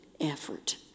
effort